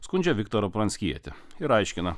skundžia viktorą pranckietį ir aiškina